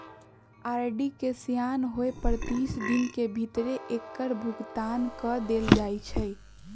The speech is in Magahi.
आर.डी के सेयान होय पर तीस दिन के भीतरे एकर भुगतान क देल जाइ छइ